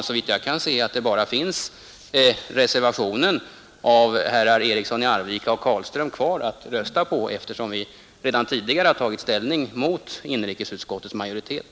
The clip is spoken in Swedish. Såvitt jag kan se finns det bara reservationen av herrar Eriksson i Arvika och Carlström kvar att rösta på, eftersom riksdagen sålunda tidigare har tagit ställning mot inrikesutskottets majoritet.